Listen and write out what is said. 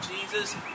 Jesus